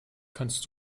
kannst